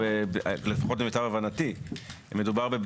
שמדובר לפחות למיטב הבנתי - בבדיקה